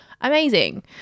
amazing